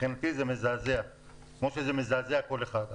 מבחינתי זה מזעזע כמו שזה מזעזע כל אחד.